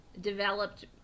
developed